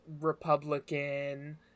republican